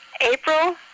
April